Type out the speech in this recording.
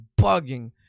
bugging